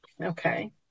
Okay